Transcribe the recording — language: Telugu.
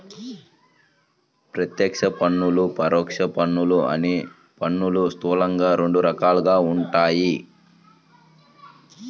ప్రత్యక్ష పన్నులు, పరోక్ష పన్నులు అని పన్నులు స్థూలంగా రెండు రకాలుగా ఉంటాయి